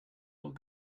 what